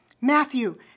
Matthew